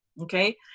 okay